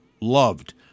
loved